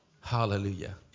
Hallelujah